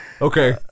Okay